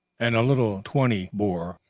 and a little twenty bore.